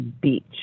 beach